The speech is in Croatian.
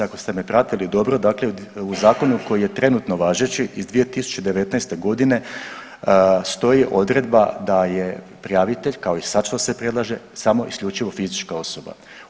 Ako ste me pratili dobro dakle u zakonu koji je trenutno važeći iz 2019.g. stoji odredba da je prijavitelj, kao što se i sad predlaže, samo isključivo fizička osoba.